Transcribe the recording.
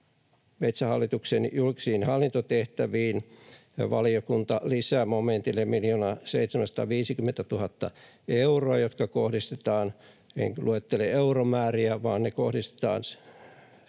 Metsähallituksen julkisiin hallintotehtäviin valiokunta lisää momentille 1 750 000 euroa, jotka kohdistetaan — en luettele euromääriä — esimerkiksi